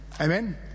Amen